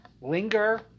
linger